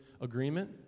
agreement